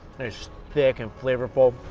thick and flavorful